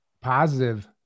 positive